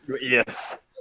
yes